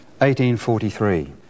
1843